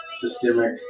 systemic